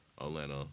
Atlanta